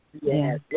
Yes